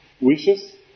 Wishes